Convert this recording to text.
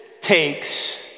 takes